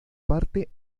parte